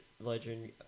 legend